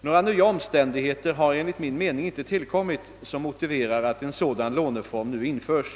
Några nya omständigheter har enligt min mening inte tillkommit som motiverar att en sådan låneform nu införs.